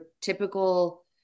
typical